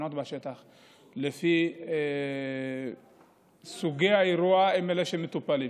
התחנות בשטח, לפי סוגי האירוע, הם אלה שמטפלים.